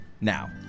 now